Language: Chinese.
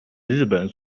日本